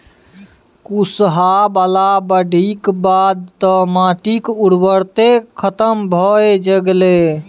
कुसहा बला बाढ़िक बाद तँ माटिक उर्वरते खतम भए गेलै